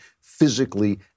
physically